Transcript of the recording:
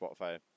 Spotify